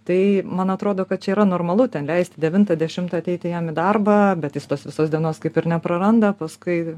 tai man atrodo kad čia yra normalu ten leisti devintą dešimtą ateiti jam į darbą bet jis tos visos dienos kaip ir nepraranda paskui